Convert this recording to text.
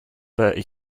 bertie